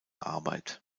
arbeit